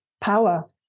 power